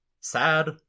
sad